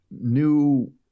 new